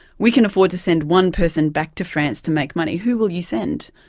we can afford to send one person back to france to make money who will you send?